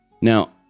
Now